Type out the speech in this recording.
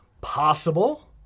Possible